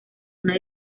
una